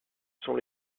sont